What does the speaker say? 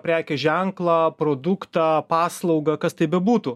prekės ženklą produktą paslaugą kas tai bebūtų